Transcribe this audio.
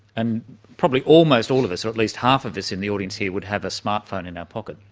and probably almost all of us at least half of us in the audience here would have a smart-phone in our pocket,